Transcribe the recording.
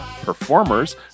Performers